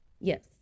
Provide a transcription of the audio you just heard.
Yes